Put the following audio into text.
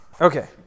Okay